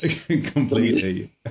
completely